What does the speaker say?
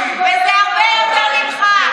וזה הרבה יותר ממך.